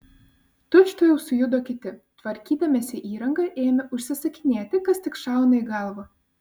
tučtuojau sujudo kiti tvarkydamiesi įrangą ėmė užsisakinėti kas tik šauna į galvą